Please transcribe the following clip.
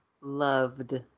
loved